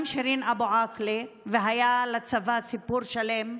גם שירין אבו עאקלה, והיה לצבא סיפור שלם,